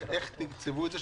איך תקצבו את זה?